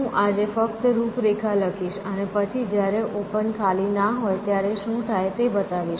હું આજે ફક્ત રૂપરેખા લખીશ અને પછી જ્યારે ઓપન ખાલી ના હોય ત્યારે શું થાય તે બતાવીશ